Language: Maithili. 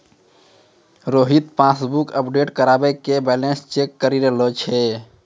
रोहित पासबुक अपडेट करबाय के बैलेंस चेक करि लै छै